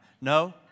No